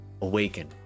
awaken